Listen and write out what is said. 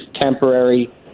Temporary